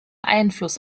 einfluss